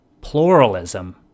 pluralism